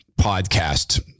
podcast